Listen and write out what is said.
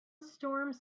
storms